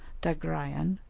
dagraian,